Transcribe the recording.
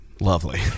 Lovely